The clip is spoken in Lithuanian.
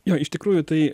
jo iš tikrųjų tai